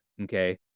Okay